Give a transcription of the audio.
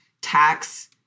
tax